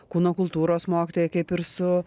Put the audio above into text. kūno kultūros mokytojai kaip ir su